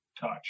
touch